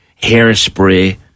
hairspray